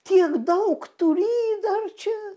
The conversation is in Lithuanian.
tiek daug turi dar čia